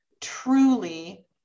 truly